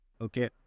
Okay